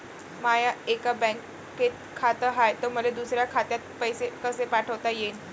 माय एका बँकेत खात हाय, त मले दुसऱ्या खात्यात पैसे कसे पाठवता येईन?